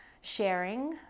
sharing